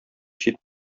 чит